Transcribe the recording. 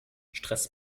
stress